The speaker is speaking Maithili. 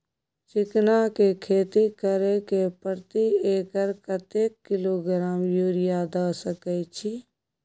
चिकना के खेती करे से प्रति एकर कतेक किलोग्राम यूरिया द सके छी?